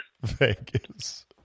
Vegas